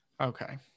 Okay